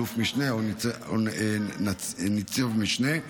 אלוף משנה או ניצב משנה,